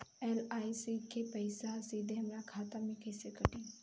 LIC के पईसा सीधे हमरा खाता से कइसे कटी?